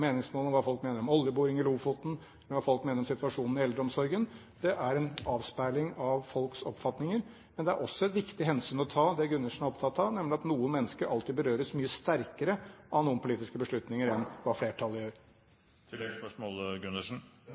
om hva folk mener om oljeboring i Lofoten, hva folk mener om situasjonen i eldreomsorgen. De er en avspeiling av folks oppfatninger. Men det er også et viktig hensyn å ta, det Gundersen er opptatt av, nemlig at noen mennesker alltid berøres mye sterkere av noen politiske beslutninger enn det flertallet gjør.